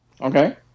Okay